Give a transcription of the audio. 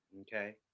okay